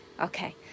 Okay